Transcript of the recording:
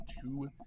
two